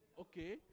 Okay